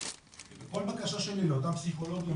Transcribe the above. כל בקשה שלי לאותה פסיכולוגית,